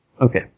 Okay